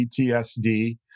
PTSD